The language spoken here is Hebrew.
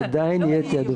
עדיין יהיה תיעדוף.